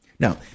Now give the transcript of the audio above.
Now